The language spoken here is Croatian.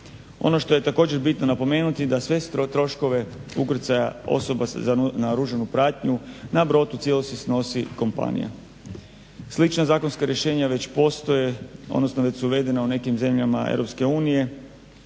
Ono što je također bitno napomenuti da sve troškove ukrcaja osoba za naoružanu pratnju na brod u cijelosti snosi kompanija. Slična zakonska rješenja već postoje, odnosno već su uvedena u nekim zemljama